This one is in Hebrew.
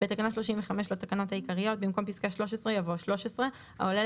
12. בתקנה 35 לתקנות העיקריות במקום פסקה (13) יבוא: "(13) העולה